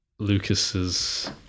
lucas's